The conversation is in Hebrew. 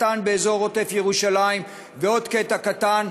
קטן באזור עוטף-ירושלים ועוד קטע קטן,